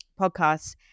podcasts